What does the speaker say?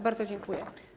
Bardzo dziękuję.